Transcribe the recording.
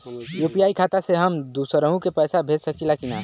UPI खाता से हम दुसरहु के पैसा भेज सकीला की ना?